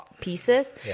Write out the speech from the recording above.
pieces